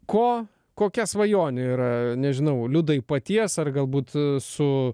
ko kokia svajonė yra nežinau liudai paties ar galbūt su